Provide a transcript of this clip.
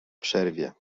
przerwie